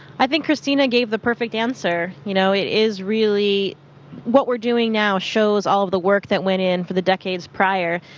i think christina gave the perfect answer. you know, it is really what we're doing now shows all of the work that went in for the decades prior,